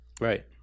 right